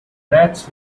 rats